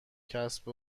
کسب